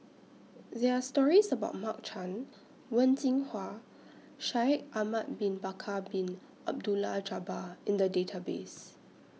There Are stories about Mark Chan Wen Jinhua Shaikh Ahmad Bin Bakar Bin Abdullah Jabbar in The Database